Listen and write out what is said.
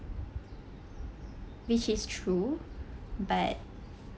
which is true but